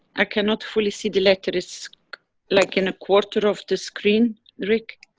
i cannot fully see the letter, it's like in a quarter of the screen. rick.